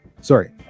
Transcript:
sorry